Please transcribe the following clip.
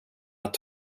att